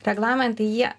reglamentai jie